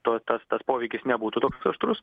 tas poveikis nebūtų toks aštrus